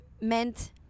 meant